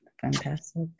Fantastic